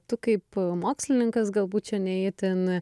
tu kaip mokslininkas galbūt čia ne itin